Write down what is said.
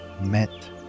met